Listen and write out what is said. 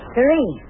Three